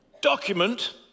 document